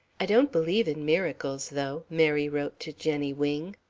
i don't believe in miracles, though, mary wrote to jenny wing.